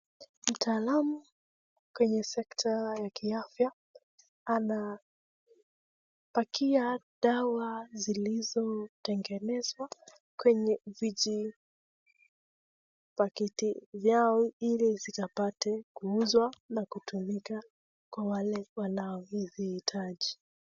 Mtaalamu kwenye sekta ya kiafya anapakia dawa zilizotegenezwa kwenye vijipakiti vyao ili zikapate kuuzwa na kutumika kwa wale wanaoviitaji.